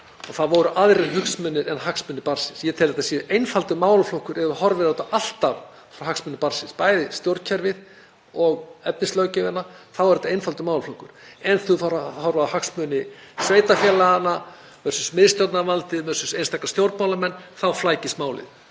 Og það voru aðrir hagsmunir en hagsmunir barnsins. Ég tel að þetta sé einfaldur málaflokkur ef þú horfir á þetta alltaf út frá hagsmunum barnsins, bæði stjórnkerfið og efni löggjafarinnar, þá er þetta einfaldur málaflokkur. En þegar farið er að horfa á hagsmuni sveitarfélaganna versus miðstjórnarvaldið versus einstaka stjórnmálamenn þá flækist málið